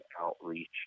outreach